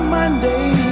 Monday